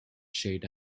shade